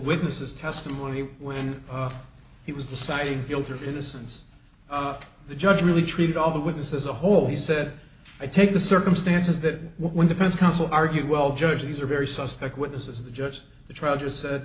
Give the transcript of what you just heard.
witness's testimony when he was deciding guilt or innocence the judge really treated all the witnesses a whole he said i take the circumstances that when defense counsel argue well judge these are very suspect witnesses the judge in the trial just said